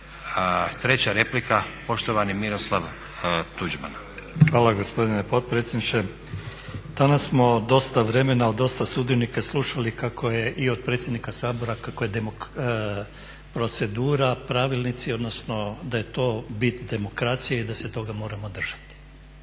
Tuđman. **Tuđman, Miroslav (HDZ)** Hvala gospodine potpredsjedniče. Danas smo dosta vremena od dosta sudionika slušali kako je i od predsjednika Sabora kako je procedura, pravilnici odnosno da je to bit demokracije i da se toga moramo držati.